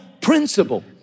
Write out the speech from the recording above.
principle